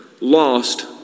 lost